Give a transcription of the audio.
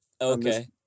Okay